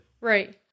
Right